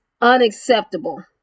unacceptable